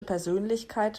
persönlichkeit